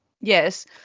Yes